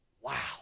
Wow